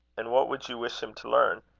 and what would you wish him to learn?